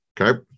okay